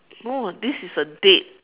no this is a date